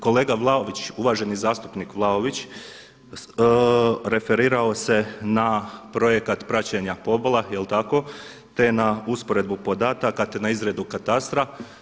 Kolega, uvaženi zastupnik Vlaović referirao se na projekat praćenja pobola, jel tako, te na usporedbu podataka te na izradu katastra.